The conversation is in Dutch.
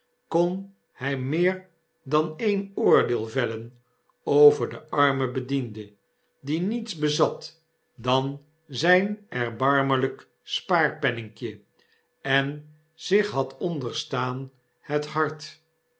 kon hy meer dan een oordeel vellen over den armen bediende die niets bezat dan zyn erbarmelyk spaarpenninkje en zich had onderstaan het hart